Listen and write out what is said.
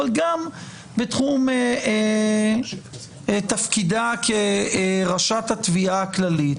אבל גם בתחום תפקידה כראשת התביעה הכללית,